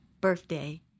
birthday